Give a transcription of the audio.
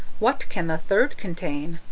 what can the third contain?